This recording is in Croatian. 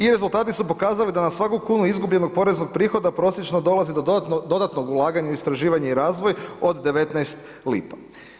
I rezultati su pokazali da na svaku kunu izgubljenog poreznog prihoda prosječno dolazi do dodatnog ulaganja u istraživanje i razvoj od 19 lipa.